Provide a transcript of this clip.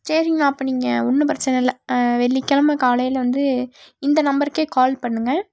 சரிங்கண்ணா அப்போ நீங்கள் ஒன்றும் பிரச்சனையில்லை வெள்ளிக்கிழம காலையில் வந்து இந்த நம்பருக்கே கால் பண்ணுங்கள்